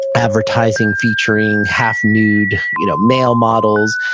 advertising featuring half nude you know male models,